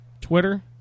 Twitter